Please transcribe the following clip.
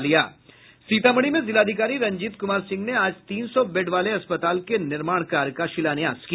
सीतामढ़ी में जिलाधिकारी रंजीत कुमार सिंह ने आज तीन सौ बेड वाले अस्पताल के निर्माण कार्य का शिलान्यास किया